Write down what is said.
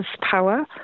power